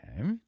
Okay